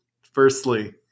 Firstly